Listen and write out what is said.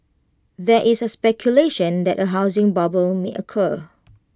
there is A speculation that A housing bubble may occur